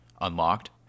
unlocked